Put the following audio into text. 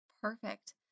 Perfect